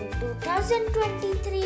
2023